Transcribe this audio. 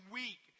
weak